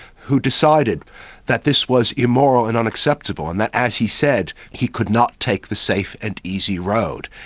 who decided that this was immoral and unacceptable, and that, as he said, he could not take the safe and easy road.